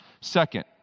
Second